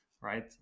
right